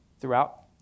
throughout